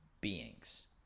beings